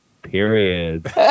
period